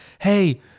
hey